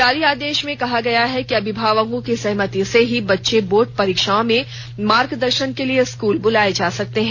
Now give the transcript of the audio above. जारी आदेश में कहा गया है कि अभिभावकों की सहमति से ही बच्चे बोर्ड परीक्षाओं में मार्गदर्शन के लिए स्कूल बुलाए जा सकते हैं